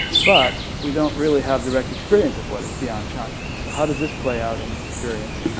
but we don't really have direct experience of what is beyond consciousness, so how does this play out in experience?